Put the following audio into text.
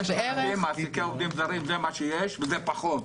זה מה שיש וזה פחות,